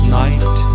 night